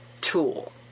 Tool